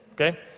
okay